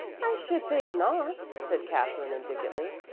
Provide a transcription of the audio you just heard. i should think not, said katherine indignantly.